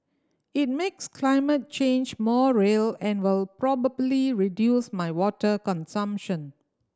it makes climate change more real and will probably reduce my water consumption